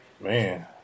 man